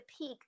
peak